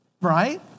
right